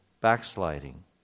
backsliding